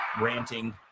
ranting